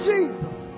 Jesus